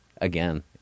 again